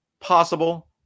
possible